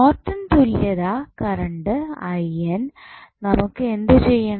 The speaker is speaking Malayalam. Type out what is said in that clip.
നോർട്ടൺ തുല്യതാ കറണ്ട് നമുക്ക് എന്ത് ചെയ്യണം